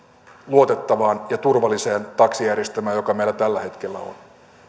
luotettavaan ja turvalliseen taksijärjestelmään joka meillä tällä hetkellä on